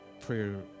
prayer